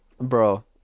Bro